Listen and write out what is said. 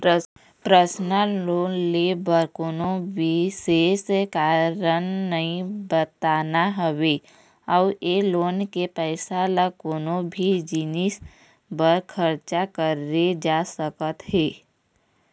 personal loan ले बर कोनो बिसेस कारन नइ बताना होवय अउ ए लोन के पइसा ल कोनो भी जिनिस बर खरचा करे जा सकत हे